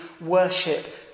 worship